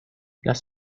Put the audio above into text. las